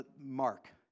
Mark